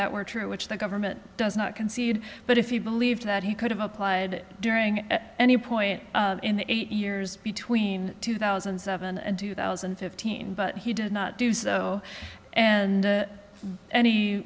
that were true which the government does not concede but if you believe that he could have applied during any point in the eight years between two thousand and seven and two thousand and fifteen but he did not do so and